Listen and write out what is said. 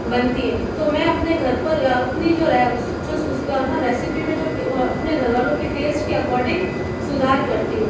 बनती है तो मैं अपने घर पर या अपनी जो है उसकी रेसिपी में जो अपने घर वालों की टेस्ट के अकॉर्डिंग सुधार करती हूँ